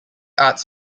arts